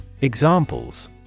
Examples